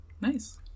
Nice